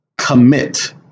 commit